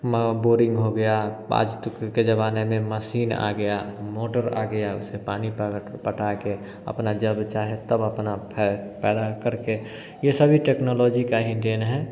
मा बोरिंग हो गया आज के ज़माने में मशीन आ गया मोटर आ गया इससे पानी पटाकर अपना जब चाहे तब अपना फै पैदा करके यह सभी टेक्नोलॉजी की ही देन है